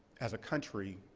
as a country,